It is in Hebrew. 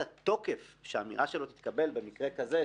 להבין שהמילים הופכות למעשה,